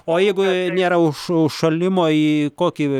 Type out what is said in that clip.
o jeigu nėra už užšalimo į kokį